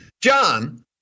John